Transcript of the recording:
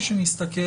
זה מסבך.